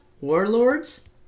Warlords